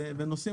ונושאים